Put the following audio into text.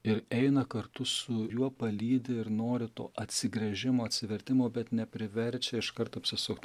ir eina kartu su juo palydi ir nori to atsigręžimo atsivertimo bet nepriverčia iškart apsisukt